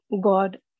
God